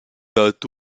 date